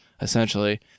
essentially